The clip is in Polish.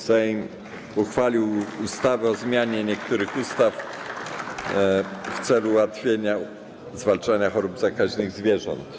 Sejm uchwalił ustawę o zmianie niektórych ustaw w celu ułatwienia zwalczania chorób zakaźnych zwierząt.